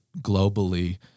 globally